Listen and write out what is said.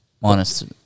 minus